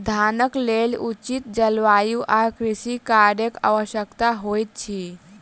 धानक लेल उचित जलवायु आ कृषि कार्यक आवश्यकता होइत अछि